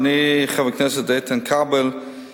אדוני חבר הכנסת איתן כבל,